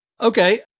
okay